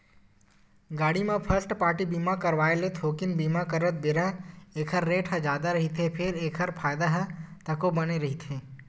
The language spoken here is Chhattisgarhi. गाड़ी म फस्ट पारटी बीमा करवाय ले थोकिन बीमा करत बेरा ऐखर रेट ह जादा रहिथे फेर एखर फायदा ह तको बने रहिथे